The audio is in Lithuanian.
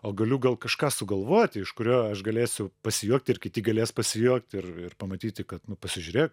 o galiu gal kažką sugalvoti iš kurio aš galėsiu pasijuokt ir kiti galės pasijuokt ir ir pamatyti kad nu pasižiūrėk